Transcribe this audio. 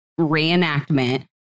reenactment